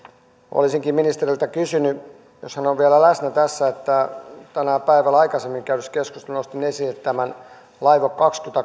olisinkin ministeriltä kysynyt jos hän on vielä läsnä tässä tästä tänään päivällä aikaisemmin käydyssä keskustelussa esille nostamastani laivue